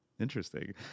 interesting